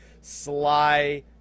Sly